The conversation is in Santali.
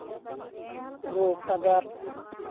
ᱨᱳᱜᱽ ᱟᱡᱟᱨ